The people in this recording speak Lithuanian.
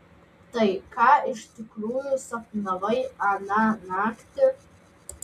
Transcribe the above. tai ką iš tikrųjų sapnavai aną naktį